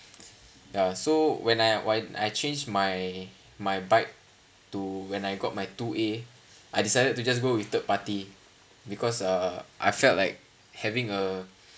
ya so when I when I change my my bike to when I got my two a I decided to just go with third party because uh I felt like having a